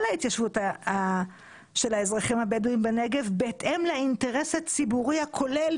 ההתיישבות של האזרחים הבדואים בנגב בהתאם לאינטרס הציבורי הכולל,